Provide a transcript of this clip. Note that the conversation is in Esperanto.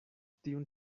tiun